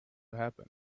happen